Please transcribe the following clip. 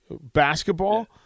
Basketball